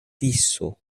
tiso